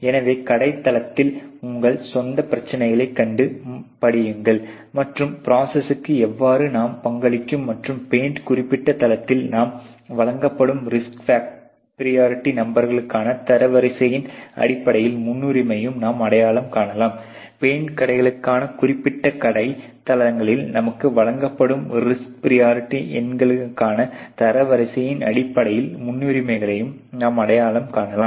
எனவே கடை தளத்தில் உங்கள் சொந்த பிரச்சனைகளை கண்டு பிடியுங்கள் மற்றும் ப்ரோசஸ்க்கு எவ்வாறு நாம் பங்களிக்கும் மற்றும் பெயிண்ட் குறிப்பிட்ட தளத்தில் நாம் வழங்கப்படும் ரஸ்கின் பிரியரிட்டி நம்பர்களுக்கான தர வரிசையின் அடிப்படையில் முன்னுரிமையும் நாம் அடையாளம் காணலாம் பெயிண்ட் கடைக்கான குறிப்பிட்ட கடைத் தளங்களில் நமக்கு வழங்கப்படும் ரிஸ்கின் பிரியரிட்டி எண்களுக்கான தரவரிசைகளின் அடிப்படையில் முன்னுரிமைகளையும் நாம் அடையாளம் காணலாம்